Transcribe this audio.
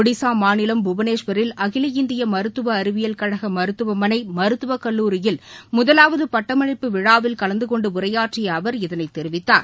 ஒடிசா மாநிலம் புவனேஸ்வரில் அகில இந்திய மருத்துவ அறிவியல் கழக மருத்துவமனை மருத்துவ கல்லூரியில் முதலாவாது பட்டமளிப்பு கலந்து கொண்டு உரையாற்றியஅவர் இதனை தெரிவித்தார்